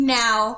now